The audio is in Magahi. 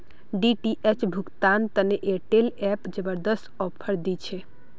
डी.टी.एच भुगतान तने एयरटेल एप जबरदस्त ऑफर दी छे